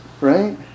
right